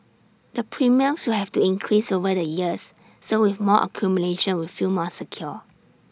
the premiums so have to increase over the years so with more accumulation we feel more secure